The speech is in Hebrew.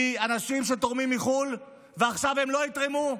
מאנשים שתורמים מחו"ל, ועכשיו הם לא יתרמו?